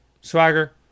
swagger